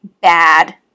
bad